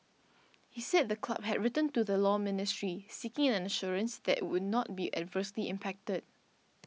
he said the club had written to the Law Ministry seeking an assurance that it would not be adversely impacted